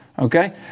Okay